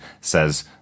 says